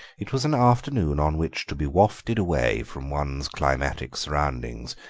it was an afternoon on which to be wafted away from one's climatic surroundings,